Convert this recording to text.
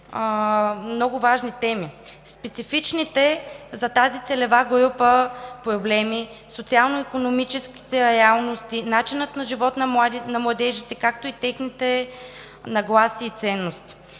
много важни теми: специфичните за тази целева група проблеми, социално-икономическите реалности, начинът на живот на младежите, както и техните нагласи и ценности.